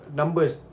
numbers